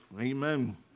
amen